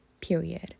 period